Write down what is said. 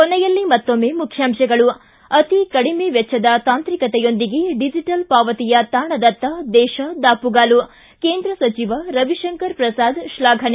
ಕೊನೆಯಲ್ಲಿ ಮತ್ತೊಮ್ಮೆ ಮುಖ್ಯಾಂಶಗಳು ಿ ಅತಿಕಡಿಮೆ ವೆಚ್ಚದ ತಾಂತ್ರಿಕತೆಯೊಂದಿಗೆ ಡಿಜೆಟಲ್ ಪಾವತಿಯ ತಾಣದತ್ತ ದೇಶ ದಾಪುಗಾಲು ಕೇಂದ್ರ ಸಚಿವ ರವಿಶಂಕರ್ ಪ್ರಸಾದ್ ಶ್ಲಾಫನೆ